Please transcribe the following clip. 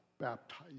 baptized